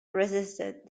resisted